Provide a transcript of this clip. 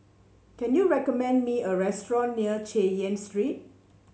can you recommend me a restaurant near Chay Yan Street